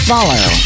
Follow